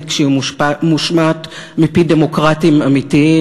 כשהיא מושמעת מפי דמוקרטים אמיתיים,